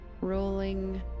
rolling